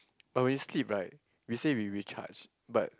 but when you sleep right we say we recharged but